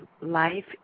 life